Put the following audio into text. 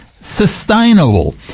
sustainable